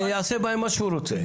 ושיעשה בהם מה שהוא רוצה.